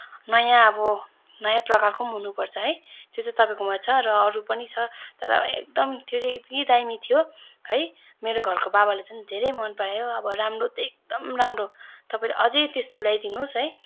नयाँ अब नयाँ प्रकारको पनि हुनुपर्छ है त्यो चाहिँ तपाईँकोमा छ र अरू पनि छ तर एकदम त्यो चाहिँ यत्ति दामी थियो है मेरो घरको बाबाले चाहिँ धेरै मन परायो अब राम्रो चाहिँ एकदम राम्रो तपाईँले अझै त्यस्तो ल्याइदिनुहोस् है